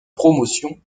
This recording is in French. promotion